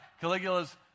caligula's